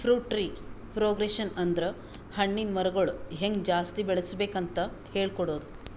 fruit tree propagation ಅಂದ್ರ ಹಣ್ಣಿನ್ ಮರಗೊಳ್ ಹೆಂಗ್ ಜಾಸ್ತಿ ಬೆಳಸ್ಬೇಕ್ ಅಂತ್ ಹೇಳ್ಕೊಡದು